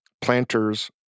Planters